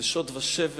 זה שוד ושבר.